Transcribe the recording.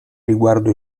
riguardo